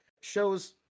shows